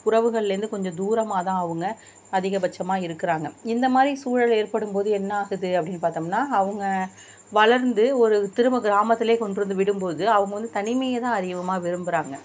உறவுகளிலேருந்து கொஞ்சம் தூரமாகதான் அவங்க அதிக பட்சமாக இருக்கிறாங்க இந்த மாதிரி சூழல் ஏற்படும் போது என்னாகுது அப்படின்னு பார்த்தோம்னா அவங்க வளர்ந்து ஒரு திரும்ப கிராமத்திலே கொண்டு வந்து விடும் போது அவங்க வந்து தனிமையைதான் அதிகமாக விரும்புகிறாங்க